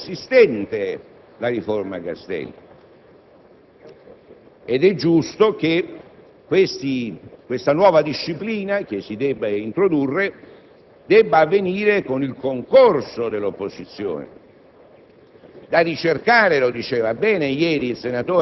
nell'ordinamento giudiziario preesistente la riforma Castelli. È giusto che la definizione di questa nuova disciplina che si deve introdurre avvenga con il concorso dell'opposizione,